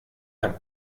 hat